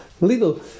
little